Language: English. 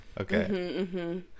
Okay